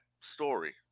story